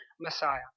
Messiah